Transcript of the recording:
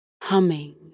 humming